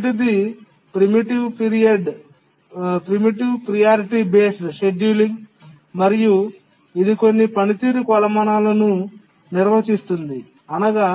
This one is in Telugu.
మొదటిది ప్రీమిటివ్ ప్రియారిటీ బేస్డ్ షెడ్యూలింగ్ మరియు ఇది కొన్ని పనితీరు కొలమానాలను నిర్వచిస్తుంది అనగా